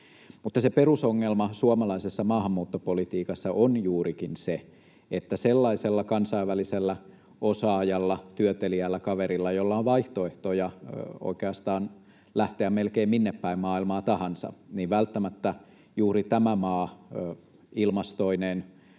perusongelma suomalaisessa maahanmuuttopolitiikassa on juurikin se, että sellaisella kansainvälisellä osaajalla, työteliäällä kaverilla, jolla on vaihtoehtoja lähteä oikeastaan melkein minne päin maailmaa tahansa, ei välttämättä juuri tämä maa ilmastoineen,